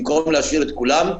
במקום להשאיר את כולם,